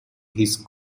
his